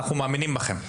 אנחנו מאמינים בכם.